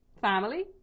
family